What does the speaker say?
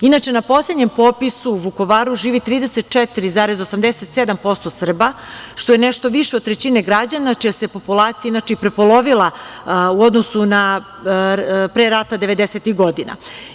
Inače, na poslednjem popisu u Vukovaru živi 34,87% Srba, što je nešto više od trećine građana, čija se populacija inače i prepolovila u odnosu na pre rata devedesetih godina.